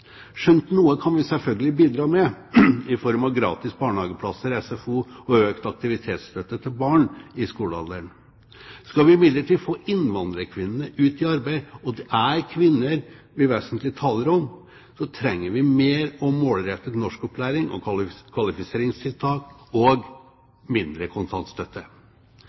skjønt noe kan vi selvfølgelig bidra med i form av gratis barnehageplasser, SFO og økt aktivitetsstøtte til barn i skolealder. Skal vi imidlertid få innvandrerkvinnene ut i arbeid – og det er kvinner vi vesentlig taler om – trenger vi mer og målrettet norskopplæring og kvalifiseringstiltak og mindre